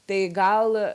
tai gal